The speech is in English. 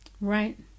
Right